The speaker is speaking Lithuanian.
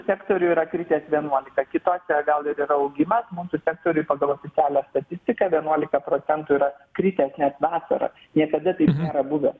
sektoriuj yra kritęs vienuolika kituose gal ir yra augimas mūsų sektoriuj pagal oficialią statistiką vienuolika procentų yra kritęs net vasarą niekada taip nėra buvę